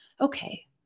okay